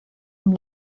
amb